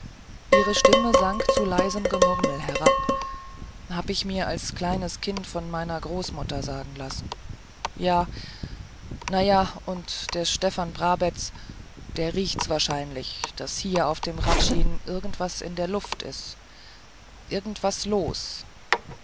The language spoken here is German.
ihre stimme sank zu leisem gemurmel herab hab ich mir als kleines kind von meiner großmutter sagen lassen ja na ja und der stefan brabetz der riecht's wahrscheinlich daß hier auf dem hradschin irgend was in der luft is irgendwas los